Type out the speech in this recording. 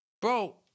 Bro